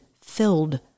filled